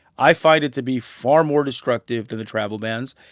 i find it to be far more destructive than the travel bans.